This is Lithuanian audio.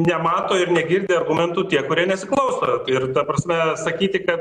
nemato ir negirdi argumentų tie kurie nesiklauso ir ta prasme sakyti kad